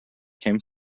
came